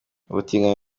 ubutinganyi